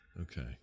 Okay